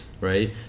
right